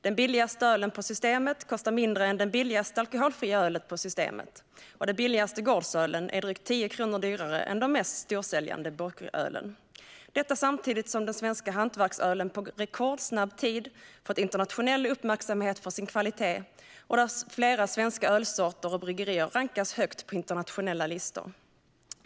Den billigaste ölen på Systemet kostar mindre än den billigaste alkoholfria ölen på Systemet, och den billigaste gårdsölen är drygt 10 kronor dyrare än den mest storsäljande burkölen. Samtidigt har den svenska hantverksölen på rekordsnabb tid fått internationell uppmärksamhet för sin kvalitet, och flera svenska ölsorter och bryggerier rankas högt på internationella listor.